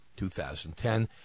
2010